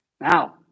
Now